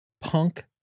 punk